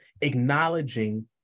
acknowledging